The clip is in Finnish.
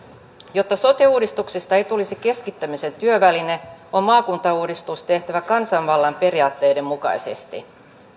jotta sote uudistuksesta ei tulisi keskittämisen työväline on maakuntauudistus tehtävä kansanvallan periaatteiden mukaisesti